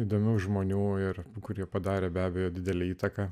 įdomių žmonių ir kurie padarė be abejo didelę įtaką